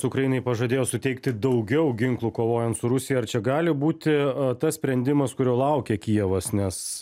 ukrainai pažadėjo suteikti daugiau ginklų kovojant su rusija ar čia gali būti tas sprendimas kurio laukia kijevas nes